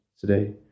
today